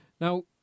Now